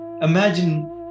imagine